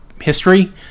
history